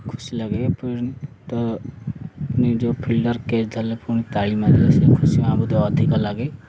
ଖୁସି ଲାଗେ ତ ପୁଣି ଯେଉଁ ଫିଲ୍ଡର କ୍ୟାଚ୍ ଦେଲେ ପୁଣି ତାଳି ମାରିଲେ ସେ ଖୁସି ମୋତେ ଅଧିକ ଲାଗେ